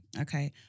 Okay